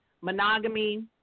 Monogamy